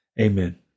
Amen